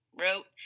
wrote